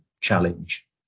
challenge